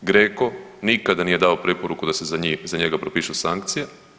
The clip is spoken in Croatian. GREKO nikada nije dao preporuke da se za njega propišu sankcije.